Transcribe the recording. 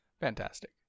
fantastic